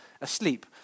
asleep